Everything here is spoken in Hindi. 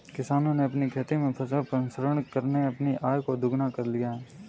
किसानों ने अपनी खेती में फसल प्रसंस्करण करके अपनी आय को दुगना कर लिया है